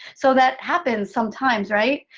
so that happens sometimes, right?